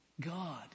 God